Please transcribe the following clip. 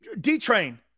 D-Train